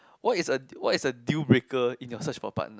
what is a what is a deal breaker in your search for partner